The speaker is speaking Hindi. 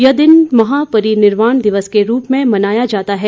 यह दिन महापरि निर्वाण दिवस के रूप में मनाया जाता है